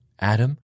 Adam